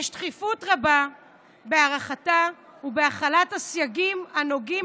ויש דחיפות רבה בהארכתה ובהחלת הסייגים הנוגעים